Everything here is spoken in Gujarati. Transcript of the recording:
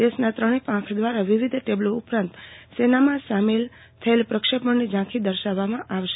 દેશના ત્રણે પાંખ દ્વારા વિવિધ ટેબ્લો ઉપરાંત સેનામાં સામેલ થયેલ પ્રક્ષેપણની ઝાંખી દર્શાવવામાં આવશે